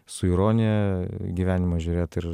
su ironija į gyvenimą žiūrėt ir